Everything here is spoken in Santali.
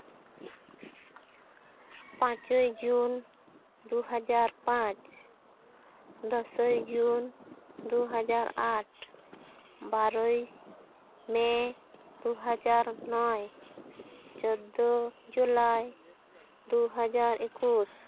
ᱯᱟᱸᱪᱚᱭ ᱡᱩᱱ ᱫᱩ ᱦᱟᱡᱟᱨ ᱯᱟᱸᱪ ᱫᱚᱥᱚᱭ ᱡᱩᱱ ᱫᱩ ᱦᱟᱡᱟᱨ ᱟᱴ ᱵᱟᱨᱚᱭ ᱢᱮ ᱫᱩ ᱦᱟᱡᱟᱨ ᱱᱚᱭ ᱪᱳᱫᱫᱳ ᱡᱩᱞᱟᱭ ᱫᱩ ᱦᱟᱡᱟᱨ ᱮᱠᱩᱥ